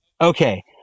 Okay